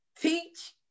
teach